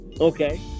Okay